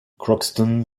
crockston